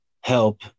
help